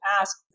ask